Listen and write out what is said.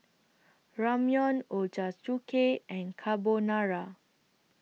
Ramyeon Ochazuke and Carbonara